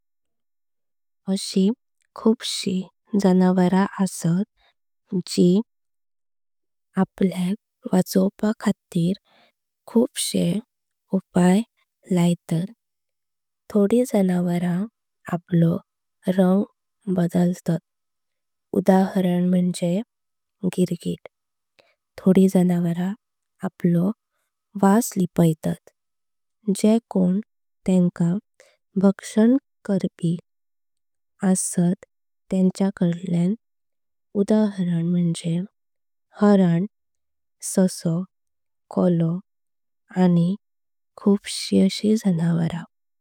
अशे खूब शि जनावर असत चि आपल्याक वाचोवपाक खातिर। खूबशे उपाय लायतात थोड़ी जनावर आपलो रंग बदलतात। उदाहरण म्हंजे गिरगिट थोड़ी जनावर आपलो वास लिपायतात। जे कोण तेंका भक्षण करप असत तेंच्य काडल्यांक उदाहरण। म्हंजे हरण, ससो, कोलो आनी खूब शि जनावर।